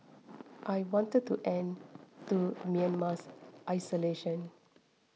I wanted to end to Myanmar's isolation